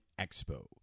Expo